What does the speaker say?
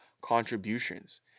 contributions